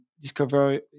discover